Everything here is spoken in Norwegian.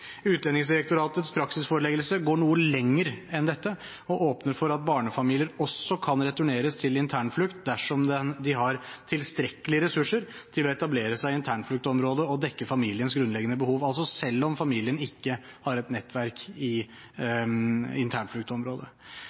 Utlendingsdirektoratets praksisforeleggelse går noe lenger enn dette og åpner for at barnefamilier også kan returneres til internflukt dersom de har tilstrekkelige ressurser til å etablere seg i internfluktområdet og dekke familiens grunnleggende behov, altså selv om familien ikke har et nettverk i internfluktområdet.